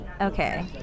okay